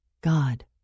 god